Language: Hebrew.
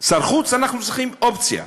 שר חוץ, אנחנו צריכים אופציה.